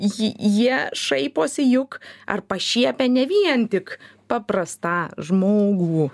ji jie šaiposi juk ar pašiepia ne vien tik paprastą žmogų